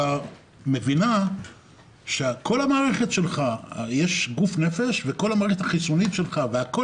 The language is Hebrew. מבינה שיש גוף ונפש וכל המערכת החיסונית שלך והכול